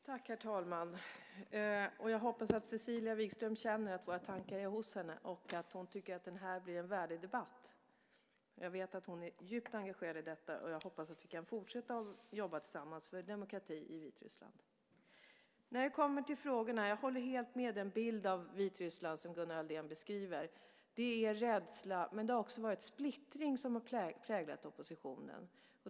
Herr talman! Jag hoppas att Cecilia Wigström känner att våra tankar är hos henne och att hon tycker att det här blir en värdig debatt. Jag vet att hon är djupt engagerad i detta, och jag hoppas att vi kan fortsätta att jobba tillsammans för demokrati i Vitryssland. När det kommer till frågorna håller jag helt med om den bild av Vitryssland som Gunnar Andrén målar upp. Det är rädsla, men det har också varit splittring som har präglat oppositionen.